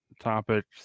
topics